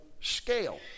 scale